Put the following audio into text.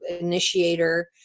initiator